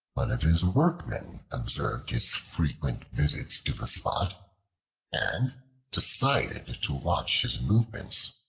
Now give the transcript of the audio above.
one of his workmen observed his frequent visits to the spot and decided to watch his movements.